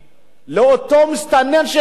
כלפי אותו מסתנן שהגיע?